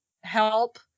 help